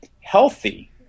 healthy